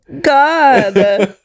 God